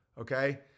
Okay